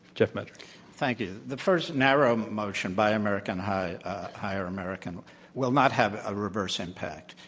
jeff madrick thank you. the first narrow motion, buy american hire hire american will not have a reverse impact.